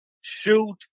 Shoot